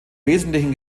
wesentlichen